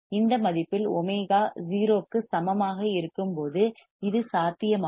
இந்த மதிப்பில் ஒமேகா 0 க்கு சமமாக இருக்கும்போது இது சாத்தியமாகும்